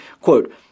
quote